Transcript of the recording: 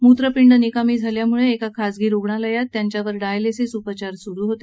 मूत्रपिंड निकामी झाल्यामुळे एका खाजगी रुग्णालयात त्यांच्यावर डायलिसिस उपचार सुरू होते